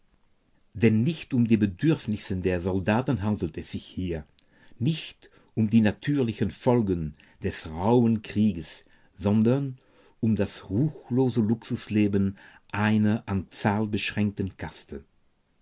denn nicht um die bedürfnisse der soldaten handelt es sich hier nicht um die natürlichen folgen des rauhen krieges sondern um das ruchlose luxusleben einer an zahl beschränkten kaste